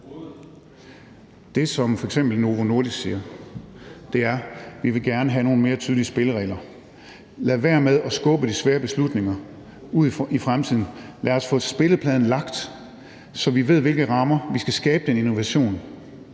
Det, som f.eks. Novo Nordisk siger, er: Vi vil gerne have nogle mere tydelige spilleregler. Lad være med at skubbe de svære beslutninger ud i fremtiden. Lad os få spillepladen lagt, så vi ved, inden for hvilke rammer vi skal skabe den innovation,